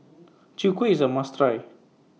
Chwee Kueh IS A must Try